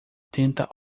tenta